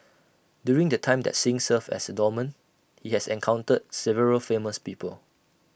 during the time that Singh served as A doorman he has encountered several famous people